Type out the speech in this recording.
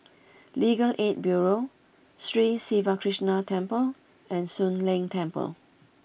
Legal Aid Bureau Sri Siva Krishna Temple and Soon Leng Temple